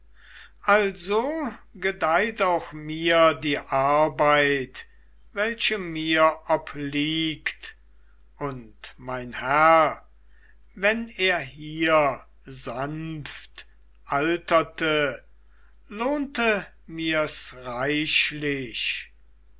also gedeiht auch mir die arbeit welche mir obliegt und mein herr wenn er hier sanft alterte lohnte mir's reichlich